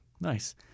Nice